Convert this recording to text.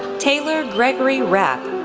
taylor gregory rapp,